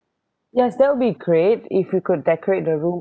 yes that will be great if you could decorate the room